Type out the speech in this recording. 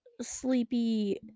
sleepy